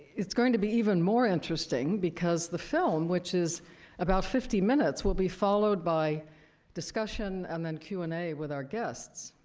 it's going to be even more interesting, because the film, which is about fifty minutes, will be followed by discussion and then q and a with our guests.